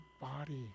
body